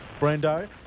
Brando